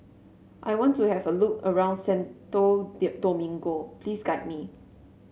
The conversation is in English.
I want to have a look around Santo Domingo please guide me